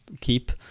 keep